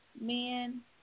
men